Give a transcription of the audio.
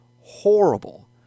horrible